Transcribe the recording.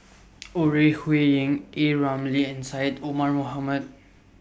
Ore Huiying A Ramli and Syed Omar Mohamed